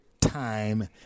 time